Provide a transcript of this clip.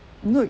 no y~